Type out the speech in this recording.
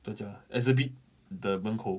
怎样讲 ah exhibit 的门口